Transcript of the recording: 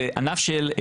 זה ענף של,